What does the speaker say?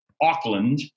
Auckland